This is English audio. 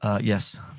Yes